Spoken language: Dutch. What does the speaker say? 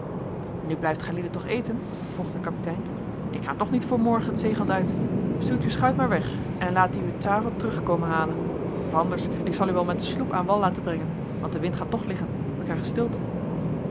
nu blijft gijlieden toch eten vervolgde de kapitein ik ga toch niet voor morgen het zeegat uit stuurt uw schuit maar weg en laat die u t'avond terug komen halen of anders ik zal u wel met de sloep aan wal laten brengen want de wind gaat toch liggen wij krijgen stilte